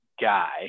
guy